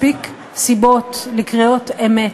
מספיק סיבות לקריאות אמת,